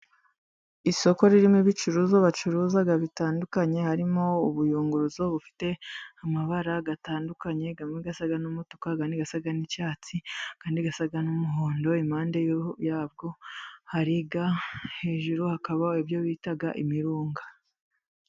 Isoko ririmo ibicuruzwa bacuruza bitandukanye harimo ubuyunguruzo bufite amabara atandukanye, amwe asa n'umutuku, andi asa n'icyatsi, andi asa n'umuhondo. Impande yabwo hari ga, hejuru hakaba ibyo bita imirunga.